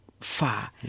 far